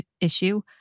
issue